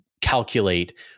calculate